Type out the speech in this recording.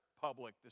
public